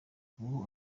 ubu